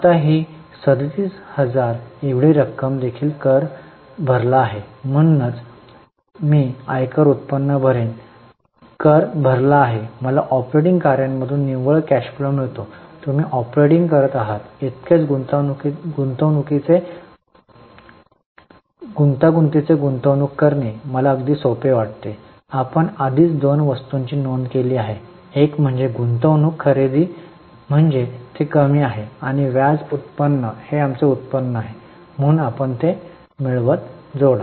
आता ही 37000 एवढी रक्कम देखील कर भरला गेला आहे म्हणूनच मी आयकर उत्पन्न भरेन कर भरला आहे मला ऑपरेटिंग कार्यांमधून निव्वळ कॅश फ्लो मिळतो तुम्ही ऑपरेट करत आहात इतकेच गुंतागुंतीचे गुंतवणूक करणे मला अगदी सोपे वाटते आपण आधीच दोन वस्तूंची नोंद केली आहे एक म्हणजे गुंतवणूक खरेदी म्हणजे ते कमी आहे आणि व्याज उत्पन्न हे आमचे उत्पन्न आहे म्हणून आपण ते मिळवत जोडा